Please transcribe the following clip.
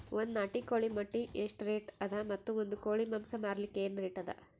ಒಂದ್ ನಾಟಿ ಕೋಳಿ ಮೊಟ್ಟೆ ಎಷ್ಟ ರೇಟ್ ಅದ ಮತ್ತು ಒಂದ್ ಕೋಳಿ ಮಾಂಸ ಮಾರಲಿಕ ಏನ ರೇಟ್ ಅದ?